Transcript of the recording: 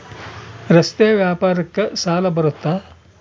ರಸ್ತೆ ವ್ಯಾಪಾರಕ್ಕ ಸಾಲ ಬರುತ್ತಾ?